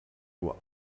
nur